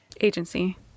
agency